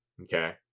Okay